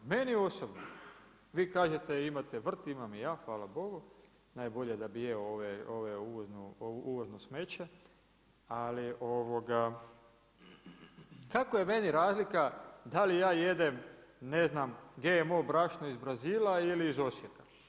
Meni osobno, vi kažete imate vrt, imam i ja, hvala Bogu, najbolje da bi jeo ovu uvozno smeće, ali kako je meni razlika da li ja jedem ne znam, GMO brašno iz Brazila ili iz Osijeka?